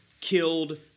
killed